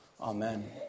Amen